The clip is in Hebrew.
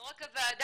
לא רק הוועדה,